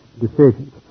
Decisions